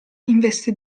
investe